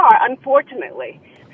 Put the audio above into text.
unfortunately